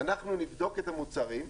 אנחנו נבדוק את המוצרים,